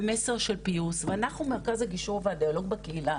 במסר של פיוס ואנחנו מרכז הגישור והדיאלוג בקהילה,